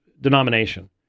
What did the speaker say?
denomination